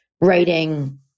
writing